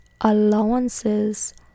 allowances